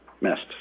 missed